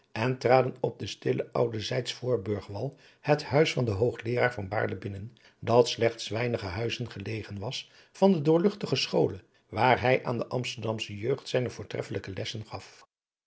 en traden op den stillen oudezijds voorburgwal het huis van den hoogleeraar van baerle binnen dat slechts weinige huizen gelegen was van de doorluchtige schole waar hij aan de amsterdamsche jeugd zijne voortreffelijke lessen gaf